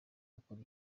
gukora